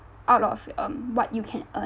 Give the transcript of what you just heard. out of um what you can earn